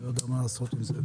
אני לא יודע מה לעשות עם זה.